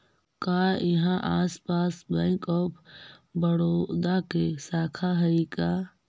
का इहाँ आसपास बैंक ऑफ बड़ोदा के शाखा हइ का?